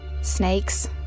Snakes